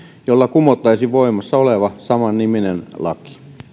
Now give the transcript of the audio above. jolla kumottaisiin voimassa oleva samanniminen laki